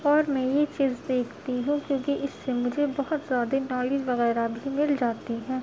اور میں یہ چیز دیکھتی ہوں کیونکہ اس سے مجھے بہت زیادہ نالج وغیرہ بھی مل جاتی ہیں